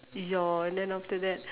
ya and then after that